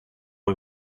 boy